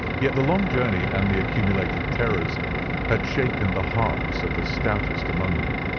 yet the long journey and the accumulated terrors had shaken the hearts of the stoutest among them.